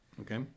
Okay